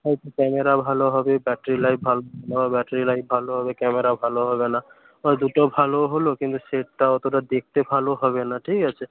হয়তো ক্যামেরা ভালো হবে ব্যাটারি লাইফ ভালো ব্যাটারি লাইফ ভালো হবে ক্যামেরা ভালো হবে না হয় দুটো ভালো হলো কিন্তু সেটটা অতটা দেখতে ভালো হবে না ঠিক আছে